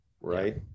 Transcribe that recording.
Right